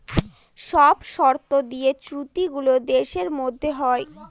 সব শর্ত দিয়ে চুক্তি গুলো দেশের মধ্যে হয়